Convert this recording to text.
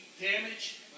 damage